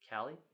Callie